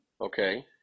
Okay